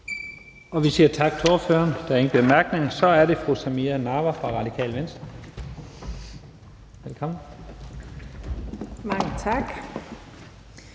Vi siger tak til ordføreren. Der er ingen korte bemærkninger. Så er det fru Samira Nawa fra Radikale Venstre. Velkommen. Kl.